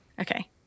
Okay